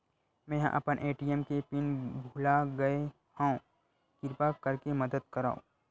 मेंहा अपन ए.टी.एम के पिन भुला गए हव, किरपा करके मदद करव